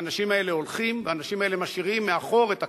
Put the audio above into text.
האנשים האלה הולכים והאנשים האלה משאירים מאחור את הקריירה,